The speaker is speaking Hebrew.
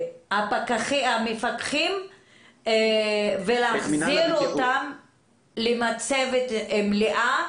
את המפקחים ולהחזיר אותם למצבת מלאה,